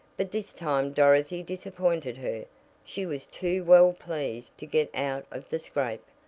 but this time dorothy disappointed her she was too well pleased to get out of the scrape,